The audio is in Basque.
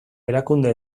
erakunde